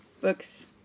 Books